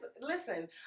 listen